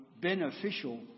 beneficial